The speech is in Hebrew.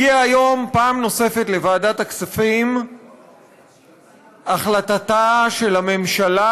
הגיעה היום פעם נוספת לוועדת הכספים החלטתה של הממשלה